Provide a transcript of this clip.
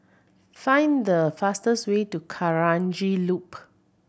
find the fastest way to Kranji Loop